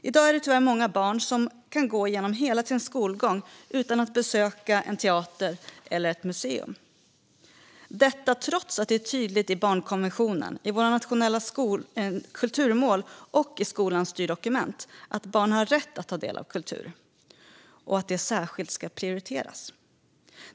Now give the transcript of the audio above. I dag kan tyvärr många barn gå genom hela sin skolgång utan att besöka en teater eller ett museum - detta trots att det är tydligt i barnkonventionen, i våra nationella kulturmål och i skolans styrdokument att barn har rätt att ta del av kultur och att det särskilt ska prioriteras.